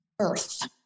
Earth